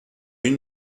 une